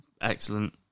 Excellent